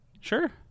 Sure